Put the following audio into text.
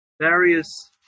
various